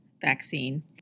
vaccine